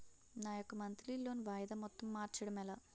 నా యెక్క monthly loan వాయిదా మొత్తం మార్చడం ఎలా?